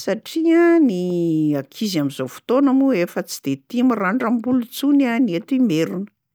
satria ny ankizy amin'izao fotoana moa efa tsy de tia mirandram-bolo intsony a ny eto Imerina.